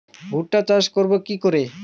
ভুট্টা চাষ করব কি করে?